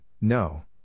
no